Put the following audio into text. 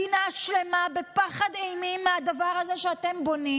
מדינה שלמה בפחד אימים מהדבר הזה שאתם בונים